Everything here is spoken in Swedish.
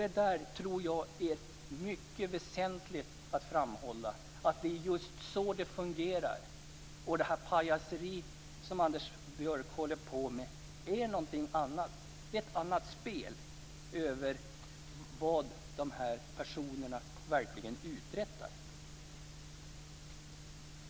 Jag tror att det är mycket väsentligt att framhålla att det är just så det fungerar. Det pajaseri som Anders Björck håller på med är någonting annat, ett annat spel, när det gäller vad dessa personer verkligen uträttar.